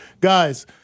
Guys